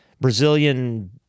Brazilian